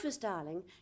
darling